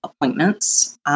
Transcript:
appointments